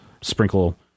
sprinkle